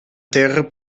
terra